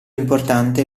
importante